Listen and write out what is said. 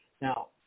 Now